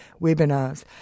webinars